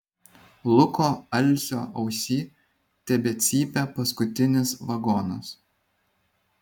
luko alsio ausyj tebecypia paskutinis vagonas